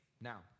Now